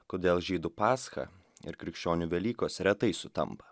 kodėl žydų pascha ir krikščionių velykos retai sutampa